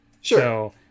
Sure